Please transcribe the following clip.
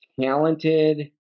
talented